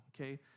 okay